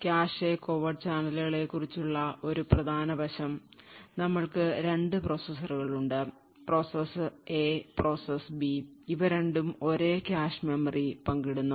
Cache covert ചാനലുകളെക്കുറിച്ചുള്ള ഒരു പ്രധാന വശം നമ്മൾക്കു 2 പ്രോസസ്സുകളുണ്ട് പ്രോസസ്സ് A പ്രോസസ് Bഇവ രണ്ടും ഒരേ കാഷെ മെമ്മറി പങ്കിടുന്നു